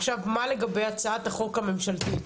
עכשיו מה לגבי הצעת החוק הממשלתית,